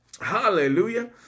hallelujah